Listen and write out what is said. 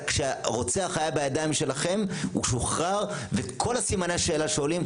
כשהרוצח היה בידיים שלכם הוא שוחרר וכל סימני השאלה שעולים,